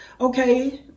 Okay